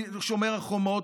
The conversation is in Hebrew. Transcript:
משומר החומות,